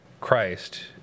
Christ